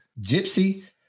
gypsy